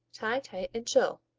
tie tight, and chill.